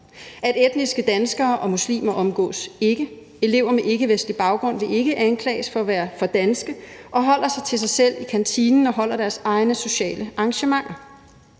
at etniske danskere og muslimer ikke omgås; elever med ikkevestlig baggrund vil ikke anklages for at være for danske og holder sig for selv i kantinen og holder deres egne sociale arrangementer.